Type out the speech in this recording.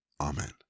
Amen